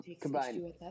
combined